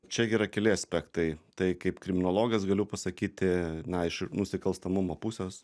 čia yra keli aspektai tai kaip kriminologas galiu pasakyti na iš nusikalstamumo pusės